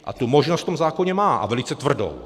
A tu možnost v tom zákoně má, a velice tvrdou.